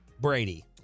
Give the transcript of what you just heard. Brady